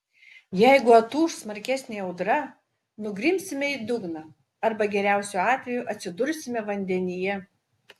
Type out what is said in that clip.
jeigu atūš smarkesnė audra nugrimsime į dugną arba geriausiu atveju atsidursime vandenyje